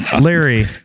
Larry